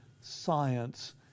science